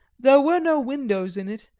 there were no windows in it,